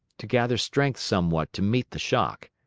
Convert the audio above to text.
to gather strength somewhat to meet the shock,